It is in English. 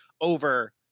over